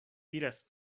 iras